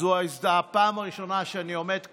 זו הפעם הראשונה שאני עומד כאן.